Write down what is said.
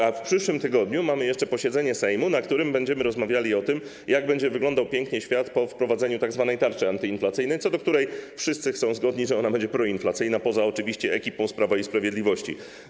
A w przyszłym tygodniu mamy jeszcze posiedzenie Sejmu, na którym będziemy rozmawiali o tym, jak będzie wyglądał pięknie świat po wprowadzeniu tzw. tarczy antyinflacyjnej, co do której wszyscy są zgodni, że ona będzie proinflacyjna, oczywiście poza ekipą z Prawa i Sprawiedliwości.